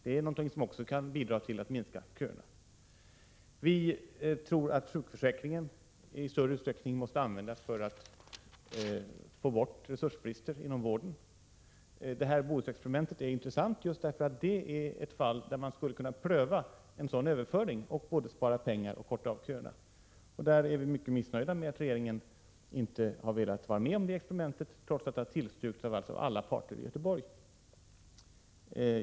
Det kan också bidra till att minska köerna. Vi tror att sjukförsäkringen i större utsträckning måste användas för att få bort resursbrister inom vården. Bohusexperimentet är intressant, just därför att det är ett fall där man skulle kunna pröva en sådan överföring och både spara pengar och förkorta köerna. Vi är mycket missnöjda med att regeringen inte har velat gå med på detta experiment, trots att det har tillstyrkts av alla parter i Göteborg.